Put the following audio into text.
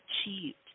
achieved